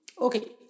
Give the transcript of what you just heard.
Okay